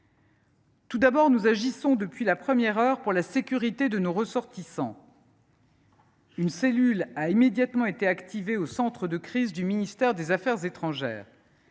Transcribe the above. Tout d’abord, nous agissons depuis la première heure pour la sécurité de nos ressortissants. Une cellule a immédiatement été activée au centre de crise du ministère des affaires étrangères.